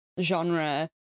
genre